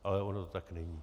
Ale ono to tak není.